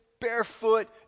barefoot